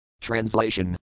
Translation